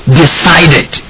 decided